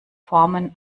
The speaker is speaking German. formen